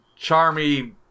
Charmy